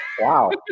Wow